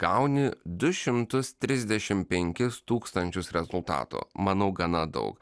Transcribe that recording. gauni du šimtus trisdešimt penkis tūkstančius rezultatų manau gana daug